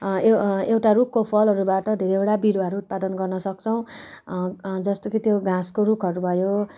ए एउटा रुखको फलहरूबाट धेरैवटा बिरुवाहरू उत्पादन गर्नसक्छौँ जस्तो कि त्यो घाँसको रुखहरू भयो